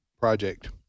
project